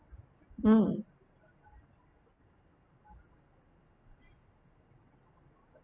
mm